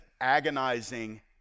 agonizing